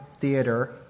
theater